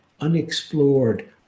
unexplored